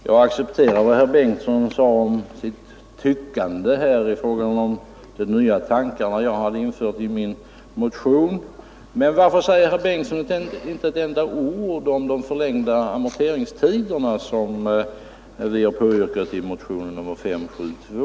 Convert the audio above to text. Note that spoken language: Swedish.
Jag accepterar vad herr Bengtsson sade om sitt tyckande i fråga om de nya tankar jag infört i min motion, men varför säger herr Bengtsson inte ett enda ord om de förlängda amorteringstiderna som vi har påyrkat i motionen 572?